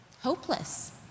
hopeless